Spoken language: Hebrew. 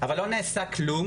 אבל לא נעשה כלום,